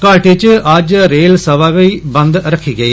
घाटी च अज्ज रेल सेवा बी बंद रक्खी गेई